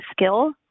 skill